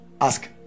Ask